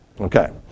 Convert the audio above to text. okay